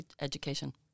education